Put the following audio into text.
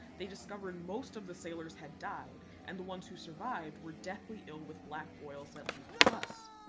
they discovered most of the sailors had died and the ones who survived were deathly ill with black boils that leaked pus.